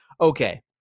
okay